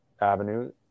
avenue